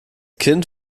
kind